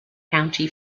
county